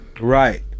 right